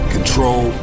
Control